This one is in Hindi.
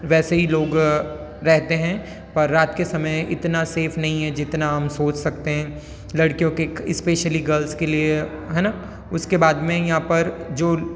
वैसे ही लोग रहते हैं पर रात के समय इतना सेफ़ नहीं है जितना हम सोच सकते हैं लड़कियों के एस्पेशियल्ली गर्ल्स के लिए है ना उसके बाद में यहाँ पर जो